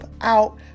out